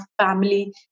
family